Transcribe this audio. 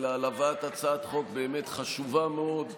אלא על הבאת הצעת חוק חשובה מאוד,